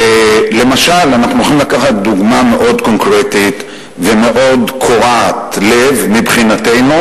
ואנחנו יכולים לקחת דוגמה מאוד קונקרטית ומאוד קורעת לב מבחינתנו.